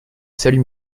salut